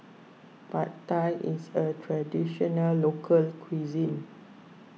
Pad Thai is a Traditional Local Cuisine